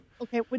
Okay